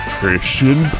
Christian